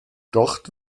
dort